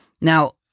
Now